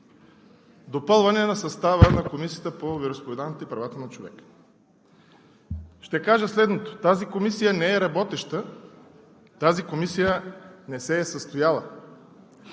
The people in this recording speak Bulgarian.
Попълване на състава на Комисията по вероизповеданията и правата на човека, ще кажа следното: тази комисия не е работеща, тази комисия не се е състояла.